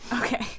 Okay